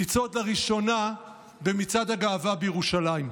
לצעוד לראשונה במצעד הגאווה בירושלים.